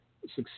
Success